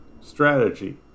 strategy